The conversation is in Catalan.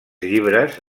llibres